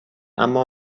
اما